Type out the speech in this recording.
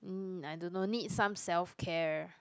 mm I don't know need some self-care